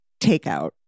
takeout